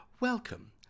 Welcome